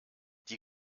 die